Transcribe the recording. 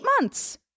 months